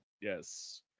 Yes